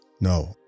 No